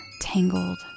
tangled